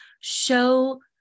show